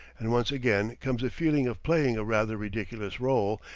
and once again comes the feeling of playing a rather ridiculous role,